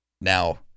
Now